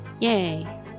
Yay